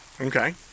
Okay